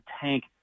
tank